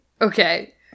Okay